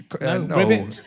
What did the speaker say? No